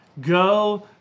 Go